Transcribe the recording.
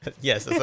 yes